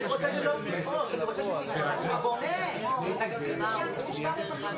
בכל --- תודה.